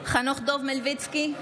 חנוך דב מלביצקי,